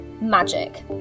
magic